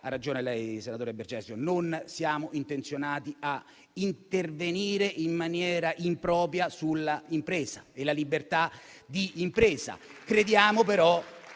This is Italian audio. Ha ragione lei, senatore Bergesio: non siamo intenzionati a intervenire in maniera impropria sull'impresa e sulla libertà di impresa.